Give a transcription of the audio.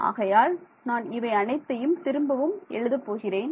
ஆகையால் நான் இவை அனைத்தையும் திரும்பவும் எழுதப்போகிறேன்